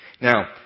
Now